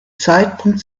zeitpunkt